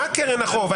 מה קרן החוב?